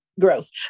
gross